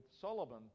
solomon